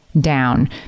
down